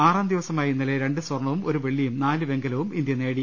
ആറാംദിവസമായ ഇന്നലെ രണ്ട് സ്വർണവും ഒരു വെള്ളിയും നാല് വെങ്കലവും ഇന്ത്യ നേടി